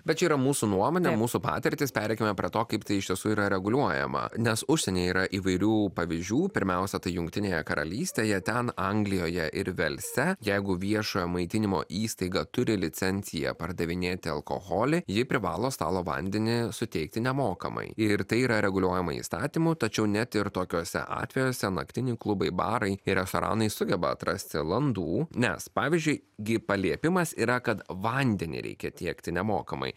bet čia yra mūsų nuomonė mūsų patirtys pereikime prie to kaip tai iš tiesų yra reguliuojama nes užsienyje yra įvairių pavyzdžių pirmiausia tai jungtinėje karalystėje ten anglijoje ir velse jeigu viešojo maitinimo įstaiga turi licenciją pardavinėti alkoholį ji privalo stalo vandenį suteikti nemokamai ir tai yra reguliuojama įstatymu tačiau net ir tokiuose atvejuose naktiniai klubai barai ir restoranai sugeba atrasti landų nes pavyzdžiui gi paliepimas yra kad vandenį reikia tiekti nemokamai